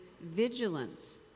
vigilance